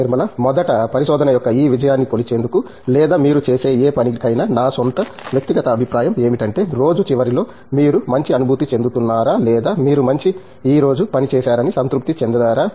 నిర్మలా మొదట పరిశోధన యొక్క ఈ విజయాన్ని కొలిచేందుకు లేదా మీరు చేసే ఏ పనికైనా నా స్వంత వ్యక్తిగత అభిప్రాయం ఏమిటంటే రోజు చివరిలో మీరు మంచి అనుభూతి చెందుతున్నారా లేదా మీరు మంచి ఈ రోజు పని చేశారని సంతృప్తి చెందారా